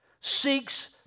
seeks